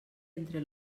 entre